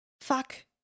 fuck